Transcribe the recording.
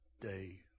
day